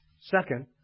Second